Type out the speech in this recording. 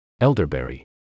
Elderberry